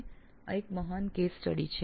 તેઓના માટે એક આ વિશિષ્ટ કેસ અધ્યયન છે